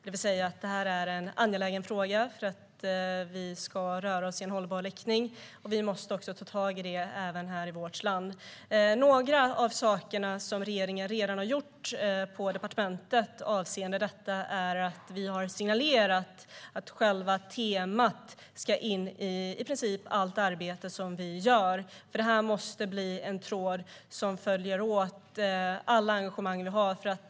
Detta är en fråga som är angelägen om vi ska röra oss i en hållbar riktning, och det måste vi ta tag i även i vårt land. Några av de saker som regeringen redan har gjort på departementet avseende detta är att signalera att själva temat ska in i princip allt arbete som vi gör. Det måste bli en tråd som löper genom alla engagemang vi har.